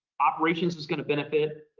operations is going to benefit,